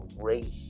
great